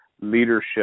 leadership